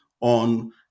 on